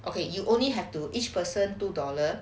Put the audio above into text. okay you only have to each person two dollar